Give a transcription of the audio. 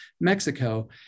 Mexico